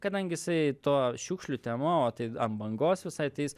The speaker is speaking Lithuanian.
kadangi jisai tuo šiukšlių tema o tai ant bangos visai tai jis